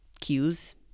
cues